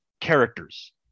characters